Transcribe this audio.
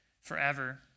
forever